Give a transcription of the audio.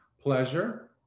pleasure